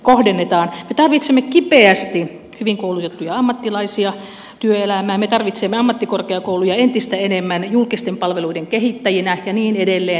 me tarvitsemme kipeästi hyvin koulutettuja ammattilaisia työelämään me tarvitsemme ammattikorkeakouluja entistä enemmän julkisten palveluiden kehittäjinä ja niin edelleen